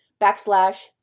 backslash